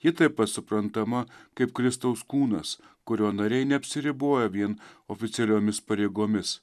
ji taip pat suprantama kaip kristaus kūnas kurio nariai neapsiriboja vien oficialiomis pareigomis